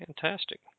Fantastic